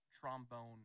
trombone